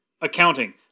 accounting